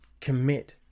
commit